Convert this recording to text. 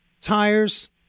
tires